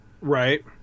Right